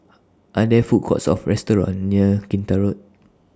Are There Food Courts Or restaurants near Kinta Road